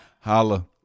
Holla